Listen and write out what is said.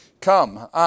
Come